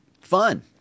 fun